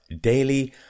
daily